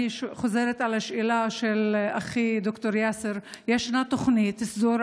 אני חוזרת על השאלה של אחי ד"ר יאסר: ישנה תוכנית סדורה,